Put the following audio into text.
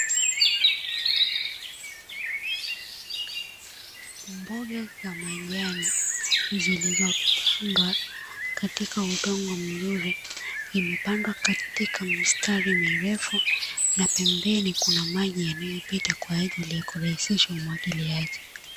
Mboga za majani zilizopandwa katika udongo mzuri, imepandwa katika mistari mirefu, na pembeni kuna maji yanayopita kwa ajili ya kurahisisha umwagiliaji.